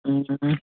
ꯎꯝ